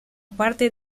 parte